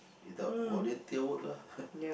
without volunteer work ah